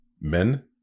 men